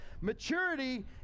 Maturity